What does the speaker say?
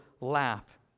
laugh